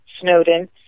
Snowden